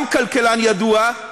גם כלכלן ידוע,